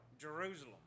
Jerusalem